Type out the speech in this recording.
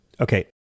Okay